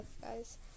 guys